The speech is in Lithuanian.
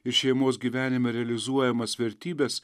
ir šeimos gyvenime realizuojamas vertybes